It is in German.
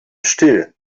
still